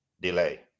delay